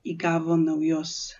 įgavo naujos